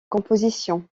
compositions